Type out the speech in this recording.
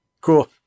Cool